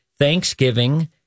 Thanksgiving